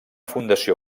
fundació